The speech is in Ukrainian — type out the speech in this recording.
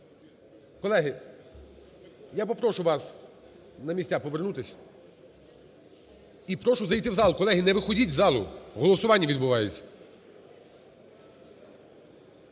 Колеги! Я попрошу вас на місця повернутись. І прошу зайти в зал. Колеги, не виходьте з залу, голосування відбувається.